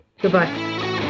Goodbye